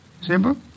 Simple